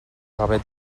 gavet